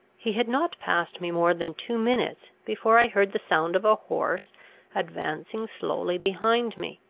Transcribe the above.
he had not passed me more than two minutes before i heard the sound of a horse advancing slowly behind me.